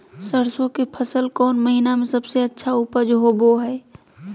सरसों के फसल कौन महीना में सबसे अच्छा उपज होबो हय?